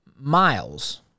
miles